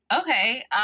Okay